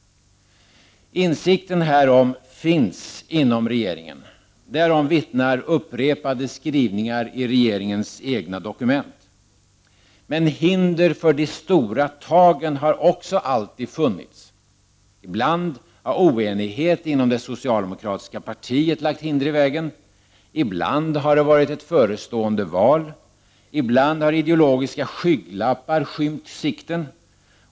Insikten härom finns inom regeringen. Därom vittnar upprepade skrivningar i regeringens egna dokument. Men hinder för de stora tagen har också alltid funnits. Ibland har oenighet inom det socialdemokratiska partiet lagt hinder i vägen. Ibland har det varit ett förestående val. Ibland har ideologiska skygglappar skymt sikten.